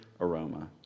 aroma